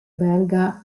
belga